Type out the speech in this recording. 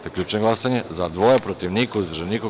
Zaključujem glasanje: za – dva, protiv – niko, uzdržanih – nema.